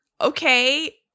Okay